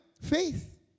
faith